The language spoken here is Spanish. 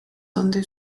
donde